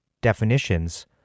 definitions